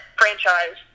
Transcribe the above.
franchise